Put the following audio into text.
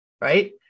right